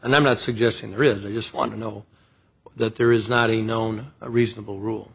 and i'm not suggesting there is a just want to know that there is not a known a reasonable rule